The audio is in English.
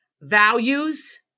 values